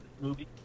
movie